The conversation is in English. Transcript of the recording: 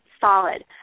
solid